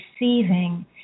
receiving